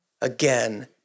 again